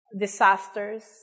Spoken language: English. disasters